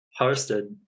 hosted